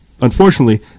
Unfortunately